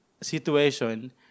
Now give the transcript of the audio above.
situation